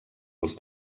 els